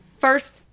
first